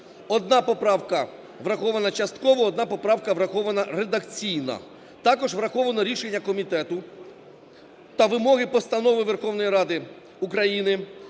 1 поправка врахована частково, 1 поправка врахована редакційно. Також враховано рішення комітету та вимоги Постанови Верховної Ради України